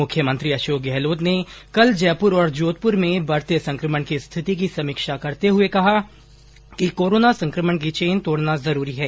मुख्यमंत्री अशोक गहलोत ने कल जयपुर और जोधपुर में बढ़ते संकमण की स्थिति की समीक्षा करते हुए कहा कि कोरोना संकमण की चेन तोड़ना जरूरी है